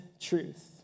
truth